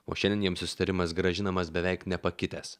o šiandien jiems susitarimas grąžinamas beveik nepakitęs